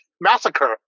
massacre